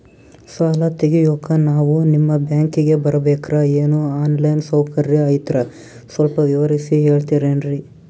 ಸಾಲ ತೆಗಿಯೋಕಾ ನಾವು ನಿಮ್ಮ ಬ್ಯಾಂಕಿಗೆ ಬರಬೇಕ್ರ ಏನು ಆನ್ ಲೈನ್ ಸೌಕರ್ಯ ಐತ್ರ ಸ್ವಲ್ಪ ವಿವರಿಸಿ ಹೇಳ್ತಿರೆನ್ರಿ?